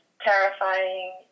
terrifying